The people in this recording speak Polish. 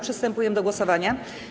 Przystępujemy do głosowania.